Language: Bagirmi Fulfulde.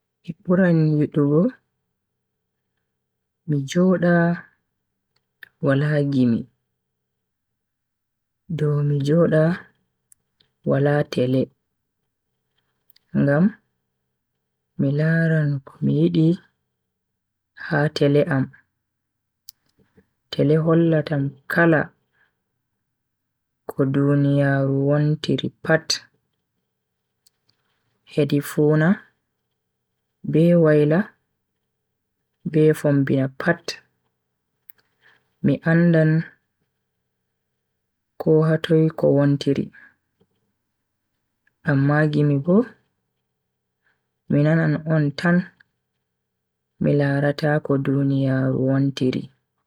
Mi buran yidugo mi joda wala gimi dow mi joda wala tele, ngam mi laran komi yidi ha tele am. tele hollatam kala ko duniyaaru wontiri pat hedi funa be waila be fombina pat mi andan ko hatoi ko wontiri. amma gimi bo mi nanan on tan mi larata ko duniyaaru wontiri.